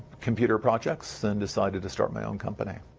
computer projects and decided to start my own company.